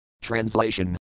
Translation